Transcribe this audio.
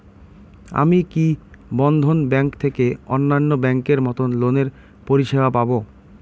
আমি কি বন্ধন ব্যাংক থেকে অন্যান্য ব্যাংক এর মতন লোনের পরিসেবা পাব?